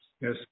Yes